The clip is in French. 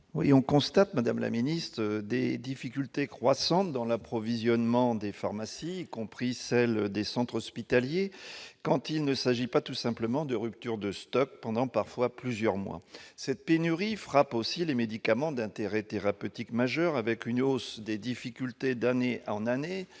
et de la santé. Madame la ministre, on constate des difficultés croissantes dans l'approvisionnement des pharmacies, y compris celles des centres hospitaliers, quand il ne s'agit pas tout simplement de ruptures de stock, pendant parfois plusieurs mois. Cette pénurie frappe aussi les médicaments d'intérêt thérapeutique majeur, avec une hausse des difficultés d'année en année